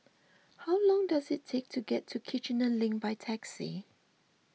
how long does it take to get to Kiichener Link by taxi